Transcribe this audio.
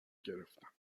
گرفتن